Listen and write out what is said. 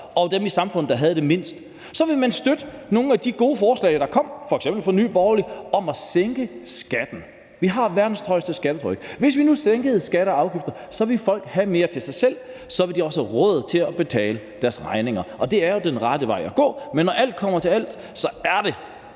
for dem i samfundet, der havde mindst, ville man støtte nogle af de gode forslag, der kom f.eks. fra Nye Borgerlige, om at sænke skatten. Vi har verdens højeste skattetryk. Hvis vi nu sænkede skatter og afgifter, ville folk have mere til sig selv, og så ville de også have råd til at betale deres regninger. Det er jo den rette vej at gå. Men når alt kommer til alt, er det